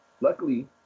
Luckily